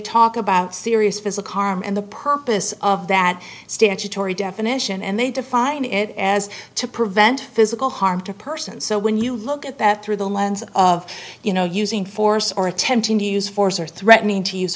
talk about serious physical harm and the purpose of that stance atory definition and they define it as to prevent physical harm to persons so when you look at that through the lens of you know using force or attempting to use force or threatening to use